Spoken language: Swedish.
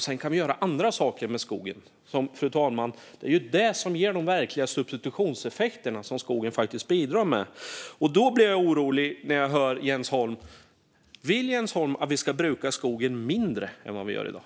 Sedan kan vi göra andra saker med skogen, och det ger de verkliga substitutionseffekterna som skogen faktiskt bidrar med. Jag blir därför orolig när jag lyssnar på Jens Holm. Vill Jens Holm att vi ska bruka skogen mindre än vad vi gör i dag?